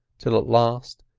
till at last,